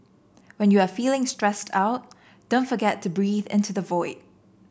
when you are feeling stressed out don't forget to breathe into the void